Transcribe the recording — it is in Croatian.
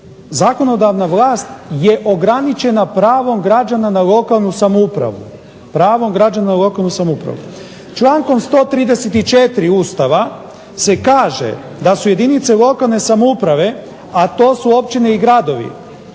zakonodavna vlast je ograničena pravom građana na lokalnu samoupravu. Člankom 134. Ustava se kaže da su jedinice lokalne samouprave, a to su općine i gradovi,